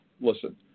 Listen